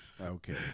Okay